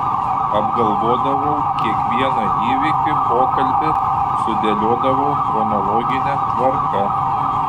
apgalvodavau kiekvieną įvykį pokalbį sudėliodavau chronologine tvarka